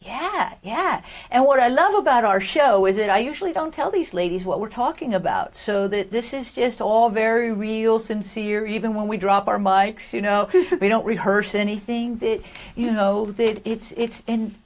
yeah yeah and what i love about our show is that i usually don't tell these ladies what we're talking about so that this is just all very real sincere even when we drop our bikes you know we don't rehearse anything you know it's i